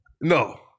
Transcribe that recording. No